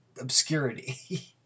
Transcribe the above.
obscurity